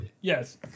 Yes